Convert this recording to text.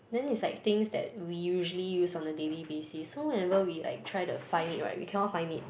then it's like things that we usually use on the daily basis so whenever we like try to find it right we cannot find it